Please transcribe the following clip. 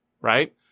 right